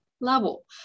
level